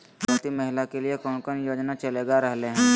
गर्भवती महिला के लिए कौन कौन योजना चलेगा रहले है?